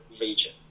region